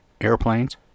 airplanes